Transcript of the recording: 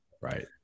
Right